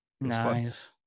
Nice